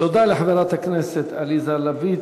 תודה לחברת הכנסת עליזה לביא.